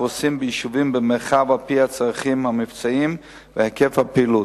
הפרוסים ביישובים במרחב על-פי הצרכים המבצעיים והיקף הפעילות.